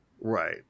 Right